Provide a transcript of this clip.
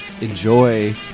enjoy